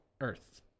Earth